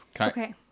Okay